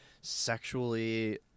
sexually